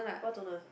what toner